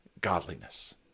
godliness